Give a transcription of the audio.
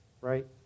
right